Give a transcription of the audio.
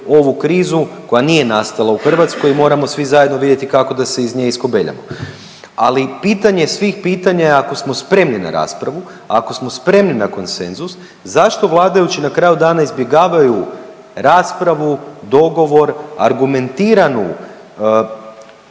ovu krizu koja nije nastala u Hrvatskoj i moramo svi zajedno vidjeti kako da se iz nje iskobeljamo. Ali pitanje svih pitanja ako smo spremni na raspravu, ako smo spremni na konsenzus zašto vladajući na kraju dana izbjegavaju raspravu, dogovor, argumentiran